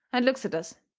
and looks at us,